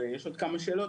ויש עוד כמה שאלות,